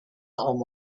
عام